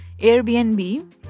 Airbnb